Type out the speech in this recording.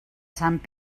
sant